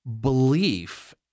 belief